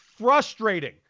frustrating